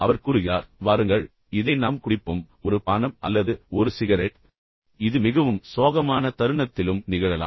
அவர் கூறுகிறார் வாருங்கள் இதை நாம் குடிப்போம் ஒரு பானம் அல்லது ஒரு சிகரெட் இது மிகவும் சோகமான தருணத்திலும் நிகழலாம்